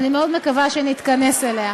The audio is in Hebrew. ואני מאוד מקווה שנתכנס אליה.